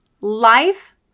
life